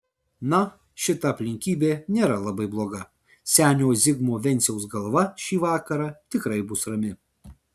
na šita aplinkybė nėra labai bloga senio zigmo venciaus galva šį vakarą tikrai bus rami